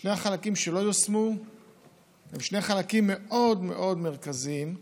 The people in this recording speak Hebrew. שני החלקים שלא יושמו הם שני חלקים מאוד מאוד מרכזיים,